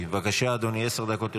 בבקשה, אדוני, עשר דקות לרשותך.